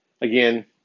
again